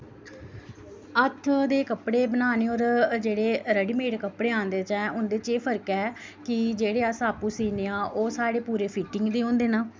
हत्थ दे कपड़े बनाने होर जेह्ड़े रड़ीमेड़ कपड़े आंह्दे उं'दे च एह् फर्क ऐ कि जेह्ड़े अस आपूं सीने ओह् सारे पूरे फिटिंग दे होंदे न